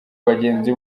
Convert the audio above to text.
bagenzi